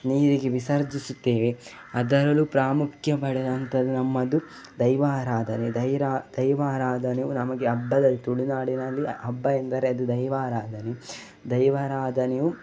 ನೀರಿಗೆ ವಿಸರ್ಜಿಸುತ್ತೇವೆ ಅದರಲ್ಲೂ ಪ್ರಾಮುಖ್ಯ ಪಡೆದಂಥದ್ದು ನಮ್ಮದು ದೈವಾರಾಧನೆ ದೈರಾ ದೈವಾರಾಧನೆಯು ನಮಗೆ ಹಬ್ಬದಲ್ಲಿ ತುಳುನಾಡಿನಲ್ಲಿ ಹಬ್ಬ ಎಂದರೆ ಅದು ದೈವಾರಾಧನೆ ದೈವರಾಧನೆಯು